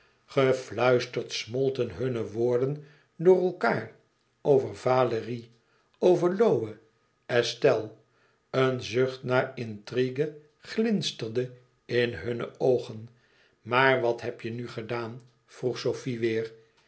gefluisterd smolten hunne woorden door elkaâr over valérie over lohe estelle een zucht naar intrigue glinsterde in hunne oogen maar wat heb je nu gedaan vroeg sofie weêr